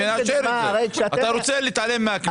בגישה הזאת אתה רוצה להתעלם מהכנסת.